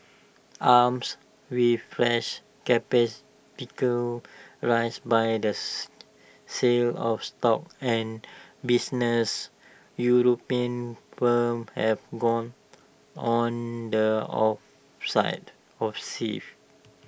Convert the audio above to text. armes with fresh raised by the sale of stock and businesses european firms have gone on the offensive